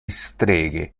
streghe